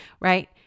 right